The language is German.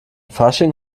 fasching